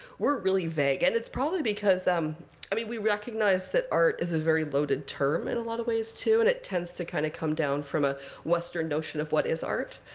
we're really vague. and it's probably because um i mean, we recognize that art is a very loaded term, in and a lot of ways, too. and it tends to kind of come down from a western notion of what is art.